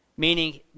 Meaning